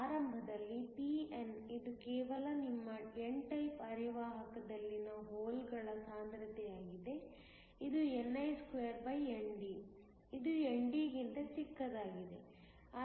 ಆರಂಭದಲ್ಲಿ Pn ಇದು ಕೇವಲ ನಿಮ್ಮ n ಟೈಪ್ ಅರೆವಾಹಕದಲ್ಲಿನ ಹೋಲ್ಗಳ ಸಾಂದ್ರತೆಯಾಗಿದೆ ಇದು ni2ND ಇದು ND ಗಿಂತ ಚಿಕ್ಕದಾಗಿದೆ